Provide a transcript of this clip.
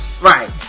right